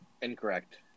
Incorrect